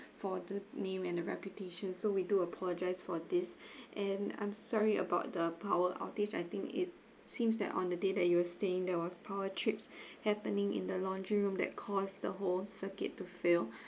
for the name and the reputation so we do apologise for this and I'm sorry about the power outage I think it seems that on the day that you were staying there was power trips happening in the laundry room that caused the whole circuit to fail